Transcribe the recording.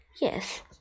yes